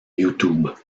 youtube